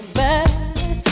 bad